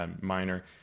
minor